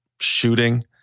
shooting